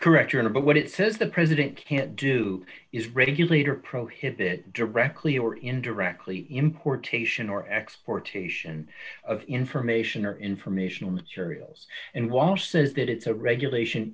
correct journal but what it says the president can't do is regulator prohibit directly or indirectly importation or exportation of information or informational materials and walsh says that it's a regulation